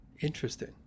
Interesting